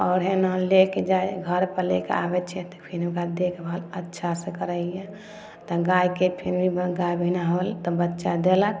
आओर हइ ने लेके जाइ घर पर लेके आबै छियै तऽ फिर ओकरा देखभाल अच्छा से करै हियै तऽ गायके फिर गाभिन होल तऽ बच्चा देलक